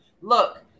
look